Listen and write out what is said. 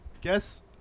Guess